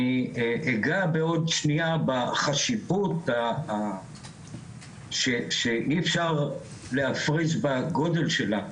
אני אגע בעוד שנייה בחשיבות שאי אפשר להפריז בגודל שלה,